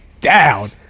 down